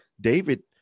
David